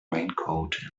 raincoat